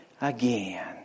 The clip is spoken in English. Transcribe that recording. again